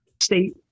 State